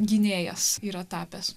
gynėjas yra tapęs